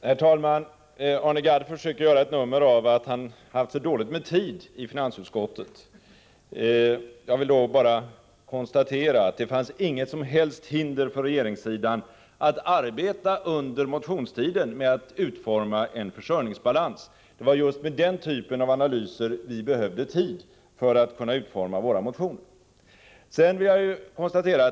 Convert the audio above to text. Herr talman! Arne Gadd försöker göra ett nummer av att han haft så dåligt med tid i finansutskottet. Jag vill då bara konstatera att det inte fanns något som helst hinder för regeringssidan att arbeta under motionstiden med att utforma en försörjningsbalans. Det var just för den typen av analyser vi behövde tid för att kunna utarbeta våra motioner.